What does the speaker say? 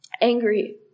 angry